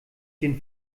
den